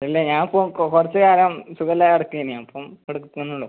ഇല്ല ഞാനിപ്പോൾ കുറച്ച് കാലം സുഖമില്ലാതെ കിടക്കേന് അപ്പം എടുക്കന്നുള്ളൂ